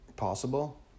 possible